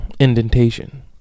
indentation